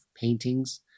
paintings